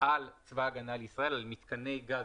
על צבא הגנה לישראל, על מיתקני גז